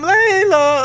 Layla